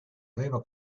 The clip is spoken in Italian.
aveva